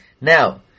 Now